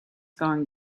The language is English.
going